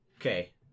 Okay